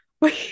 Wait